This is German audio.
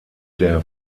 der